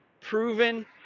proven